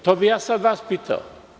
To bih ja sada vas pitao.